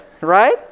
right